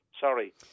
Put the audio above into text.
Sorry